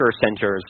centers